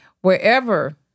wherever